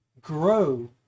grow